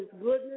goodness